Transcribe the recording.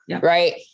Right